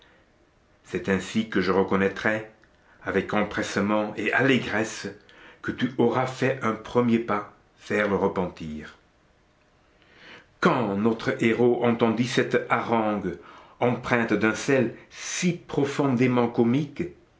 c'est ainsi que je reconnaîtrai avec empressement et allégresse que tu auras fait un premier pas vers le repentir quand notre héros entendit cette harangue empreinte d'un sel si profondément comique